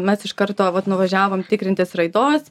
mes iš karto vat nuvažiavom tikrintis raidos